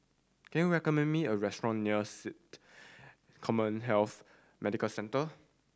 can you recommend me a restaurant near SATA CommHealth Medical Centre